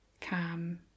calm